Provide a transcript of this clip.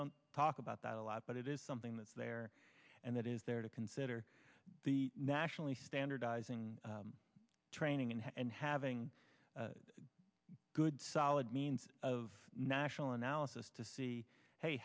don't talk about that a lot but it is something that's there and that is there to consider the nationally standardizing training and having a good solid means of national analysis to see hey